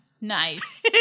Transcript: Nice